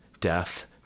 death